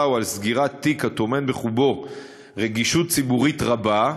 או על סגירת תיק הטומן בחובו רגישות ציבורית רבה,